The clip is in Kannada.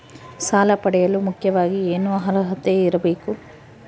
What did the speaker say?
ಸಾಲ ಪಡೆಯಲು ಮುಖ್ಯವಾಗಿ ಏನು ಅರ್ಹತೆ ಇರಬೇಕು?